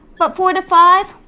but four to five,